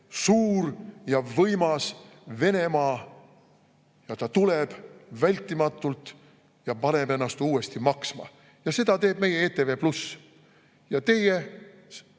suur ja võimas Venemaa tuleb vältimatult ja paneb ennast uuesti maksma. Ja seda teeb meie ETV+. Aga teie